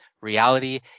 reality